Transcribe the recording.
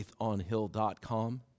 faithonhill.com